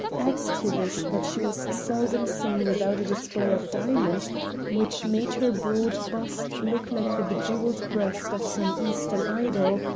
add to this that she was seldom seen without a display of diamonds which made her broad bust look like the bejeweled breast of some eastern idol,